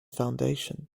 foundation